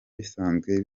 bisanzwe